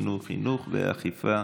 חינוך, חינוך, חינוך, ואכיפה